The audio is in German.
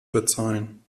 bezahlen